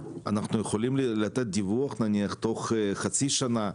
אנחנו יכולים לתת דיווח, נניח, בתוך חצי שנה.